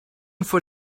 for